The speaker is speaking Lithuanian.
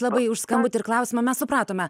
labai už skambutį ir klausimą mes supratome